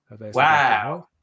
Wow